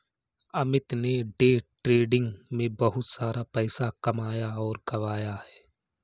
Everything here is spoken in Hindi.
अमित ने डे ट्रेडिंग में बहुत सारा पैसा कमाया और गंवाया है